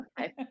Okay